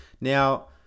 Now